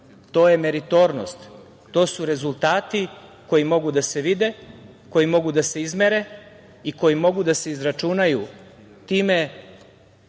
to je meritornost, to su rezultati koji mogu da se vide, koji mogu da se izmere, i koji mogu da se izračunaju time